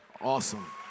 awesome